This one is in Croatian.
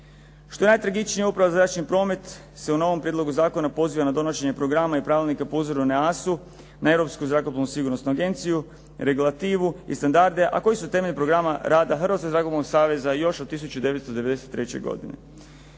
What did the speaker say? Što je najtragičnije Uprava za zračni promet se u novom prijedlogu zakona poziva na donošenje programa i pravilnika po uzoru na EASA-u na Europsku zrakoplovnu sigurnosnu agenciju, regulativu i standarde, a koji su temeljem programa rada Hrvatskog zrakoplovnog saveza još od 1993. godine.